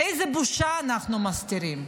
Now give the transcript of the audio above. איזו בושה אנחנו מסתירים?